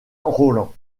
rolland